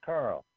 Carl